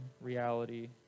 reality